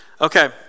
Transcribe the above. Okay